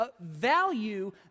value